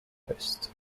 coast